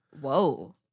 Whoa